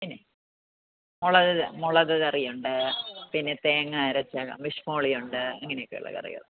പിന്നെ മുളക് മുളക് കറിയുണ്ട് പിന്നെ തേങ്ങ അരച്ച ഫിഷ് മോളിയുണ്ട് ഇങ്ങനെയൊക്കെയുള്ള കറികൾ